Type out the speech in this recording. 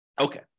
Okay